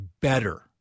better